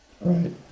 Right